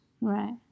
Right